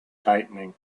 tightening